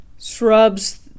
shrubs